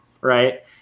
right